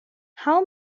how